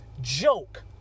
joke